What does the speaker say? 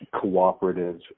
cooperative